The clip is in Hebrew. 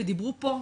ודיברו פה,